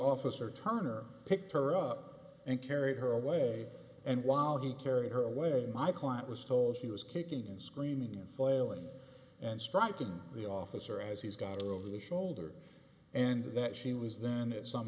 officer turner picked her up and carried her away and while he carried her away my client was told she was kicking and screaming and flailing and striking the officer as he's got her over the shoulder and that she was then at some